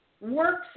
works